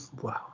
Wow